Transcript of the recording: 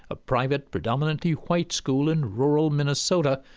a private predominantly white school in rural minnesota,